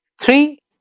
Three